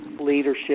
leadership